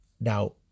Now